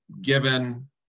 Given